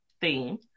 theme